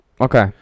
Okay